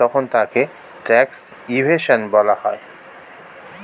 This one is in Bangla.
তখন তাকে ট্যাক্স ইভেশন বলা হয়